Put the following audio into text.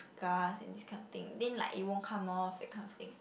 scars and this kind of thing then like it won't come off that kind of thing